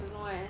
don't know eh